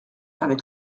avec